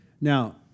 Now